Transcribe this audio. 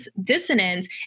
dissonance